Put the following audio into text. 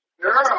Girl